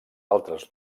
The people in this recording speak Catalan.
altres